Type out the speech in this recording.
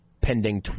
pending